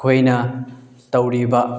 ꯑꯩꯈꯣꯏꯅ ꯇꯧꯔꯤꯕ